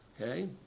Okay